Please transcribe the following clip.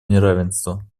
неравенство